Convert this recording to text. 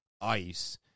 ice